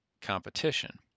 competition